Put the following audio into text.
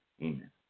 Amen